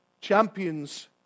Champions